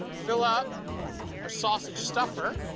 fill up our sausage stuffer.